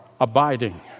abiding